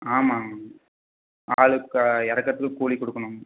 ஆமாம் ஆளுக்கு இறக்குறதுக்கு கூலி கொடுக்கணும்